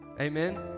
Amen